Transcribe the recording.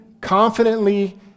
confidently